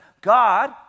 God